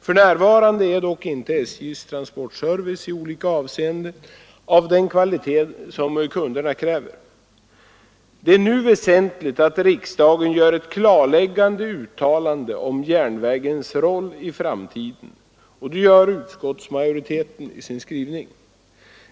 För närvarande är dock inte SJs transportservice i olika avseenden av den kvalitet som kunderna kräver. Det är nu väsentligt att riksdagen gör ett klarläggande uttalande om järnvägens roll i framtiden, och det gör utskottsmajoriteten i sin skrivning.